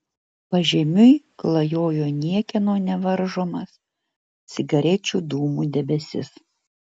pažemiui klajojo niekieno nevaržomas cigarečių dūmų debesis